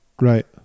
Right